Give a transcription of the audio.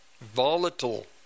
volatile